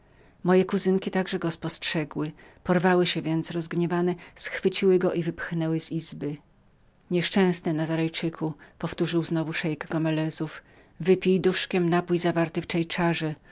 moje kuzynki także go spostrzegły porwały się więc rozgniewane schwyciły go i wyprowadziły do drugiej izby nieszczęsny nazarejczyku powtórzył znowu szeik gomelezów wypij duszkiem napój zawarty w